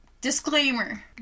Disclaimer